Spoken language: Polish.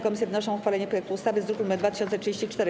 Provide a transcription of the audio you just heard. Komisje wnoszą o uchwalenie projektu ustawy z druku nr 2034.